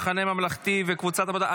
המחנה הממלכתי וקבוצת העבודה,